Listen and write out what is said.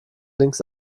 links